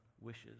wishes